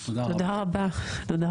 תודה רבה.